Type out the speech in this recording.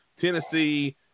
Tennessee